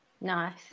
Nice